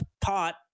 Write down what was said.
pot